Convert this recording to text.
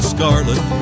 Scarlet